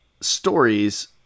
stories